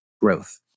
growth